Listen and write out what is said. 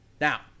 Now